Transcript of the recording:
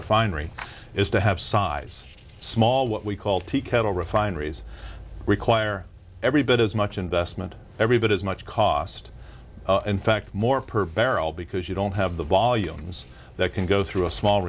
refinery is to have size small what we call teakettle refineries require every bit as much investment every bit as much cost in fact more per barrel because you don't have the volumes that can go through a small